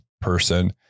person